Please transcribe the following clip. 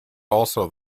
also